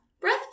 Breath